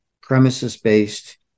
premises-based